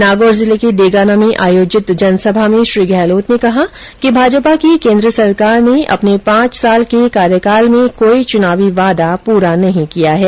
नागौर जिले के डेगाना में आयोजित जनसभा में श्री गहलोत ने कहा कि भाजपा की केन्द्र सरकार ने अपने पांच साल के कार्यकाल में कोई चुनावी वादा पूरा नहीं किया है